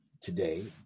today